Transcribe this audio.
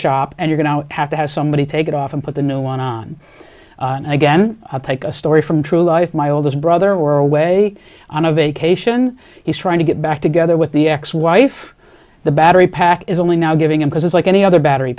shop and you're going to have to have somebody take it off and put the new one on again take a story from true life my oldest brother were away on a vacation he's trying to get back together with the ex wife the battery pack is only now giving him because it's like any other battery